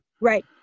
Right